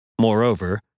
Moreover